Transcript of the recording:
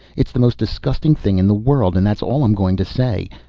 it's the most disgusting thing in the world, and that's all i'm going to say.